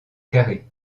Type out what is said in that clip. carré